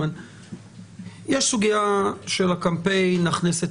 יש סוגיה של הקמפיין הכנס את